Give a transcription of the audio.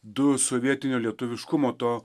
du sovietinio lietuviškumo to